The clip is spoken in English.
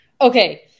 Okay